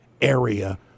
area